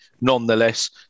nonetheless